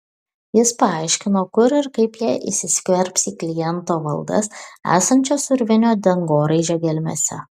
jis paaiškino kur ir kaip jie įsiskverbs į kliento valdas esančias urvinio dangoraižio gelmėse